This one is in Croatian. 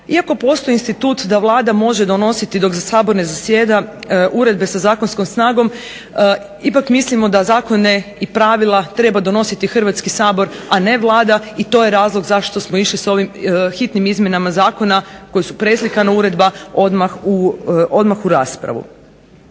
iako postoji institut da Vlada može donositi dok Sabor ne zasjeda uredbe sa zakonskom snagom, ipak mislimo da zakone i pravila treba donositi Hrvatski sabor, a ne Vlada i to je razlog zašto smo išli sa ovim hitnim izmjenama zakona koji su preslikana uredba odmah u raspravu.